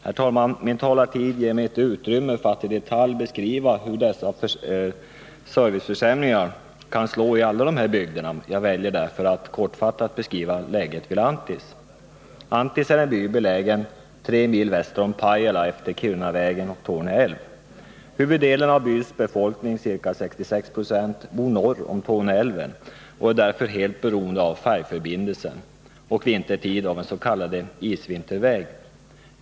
Min taletid ger mig, herr talman, inte utrymme för att i detalj beskriva hur dessa serviceförsämringar kan slå i dessa bygder. Jag väljer därför att kortfattat beskriva läget vid Anttis. Anttis by är belägen 3 mil väster om Pajala utefter Kirunavägen och Torne älv. Huvuddelen av byns befolkning, ca 66 96, bor norr om Torne älv och är därför helt beroende av färjeförbindelsen och vintertid av en s.k. isvinterväg.